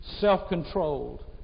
self-controlled